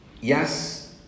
yes